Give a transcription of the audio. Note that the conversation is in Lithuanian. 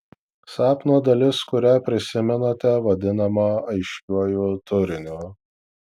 sapno dalis kurią prisimenate vadinama aiškiuoju turiniu